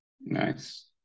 nice